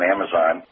Amazon